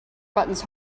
buttons